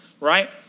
right